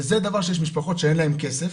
וזה דבר שיש משפחות שאין להם כסף,